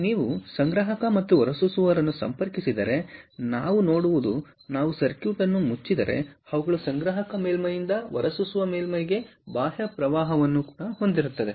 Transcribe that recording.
ನೀವು ಸಂಗ್ರಾಹಕ ಮತ್ತು ಹೊರಸೂಸುವವರನ್ನು ಸಂಪರ್ಕಿಸಿದರೆ ನಾವು ನೋಡುವುದು ನಾವು ಸರ್ಕ್ಯೂಟ್ ಅನ್ನು ಮುಚ್ಚಿದರೆ ಅವುಗಳು ಸಂಗ್ರಾಹಕ ಮೇಲ್ಮೈಯಿಂದ ಹೊರಸೂಸುವ ಮೇಲ್ಮೈಗೆ ಬಾಹ್ಯ ಪ್ರವಾಹವನ್ನು ಹೊಂದಿರುತ್ತವೆ